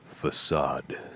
Facade